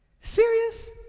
Serious